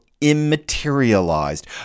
immaterialized